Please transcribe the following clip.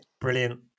brilliant